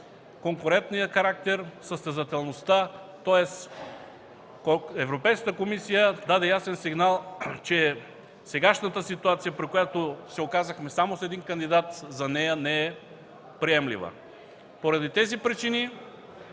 конкурентният характер, състезателността, тоест Европейската комисия даде ясен сигнал, че сегашната ситуация, при която се оказахме само с един кандидат, за нея не е приемлива. Поради тези причини